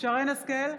שרן מרים השכל,